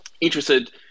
interested